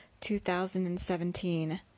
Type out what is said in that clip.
2017